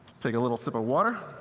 take a little sip of water.